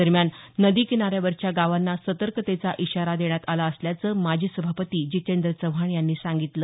दरम्यान नदी किनाऱ्यावरच्या गावांना सतर्कतेचा इशारा देण्यात आला असल्याचे माजी सभापती जितेंद्र चव्हाण यांनी सांगितलं